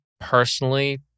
personally